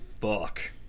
fuck